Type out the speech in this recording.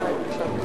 אפשר?